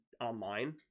online